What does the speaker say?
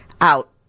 out